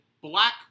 black